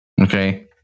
Okay